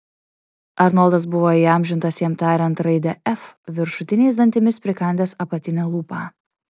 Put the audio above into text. arnoldas buvo įamžintas jam tariant raidę f viršutiniais dantimis prikandęs apatinę lūpą